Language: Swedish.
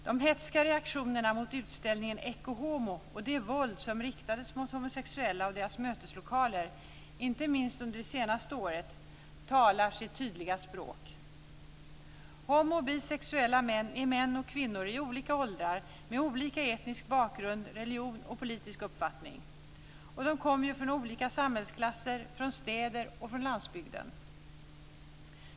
De hätska reaktionerna mot utställningen Ecce Homo och det våld som har riktats mot homosexuella och deras möteslokaler, inte minst under det senaste året, talar sitt tydliga språk. Homo och bisexuella är män och kvinnor i olika åldrar, med olika etnisk bakgrund, religion och politisk uppfattning. De kommer från olika samhällsklasser, från städer och från landsbygden.